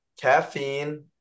caffeine